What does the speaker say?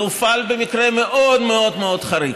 זה הופעל במקרה מאוד מאוד מאוד חריג.